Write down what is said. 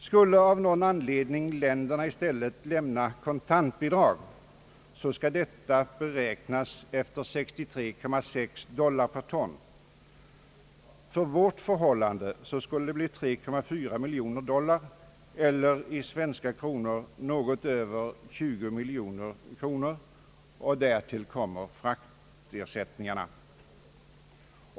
Skulle av någon anledning länderna i stället lämna kontantbidrag, skall dessa beräknas efter 63,6 dollar per ton. För vår del skulle det bli 3,4 miljoner dollar, eller i svenska kronor bortåt 18 miljoner. Därtill kommer fraktersättningarna.